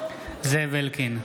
זאב אלקין,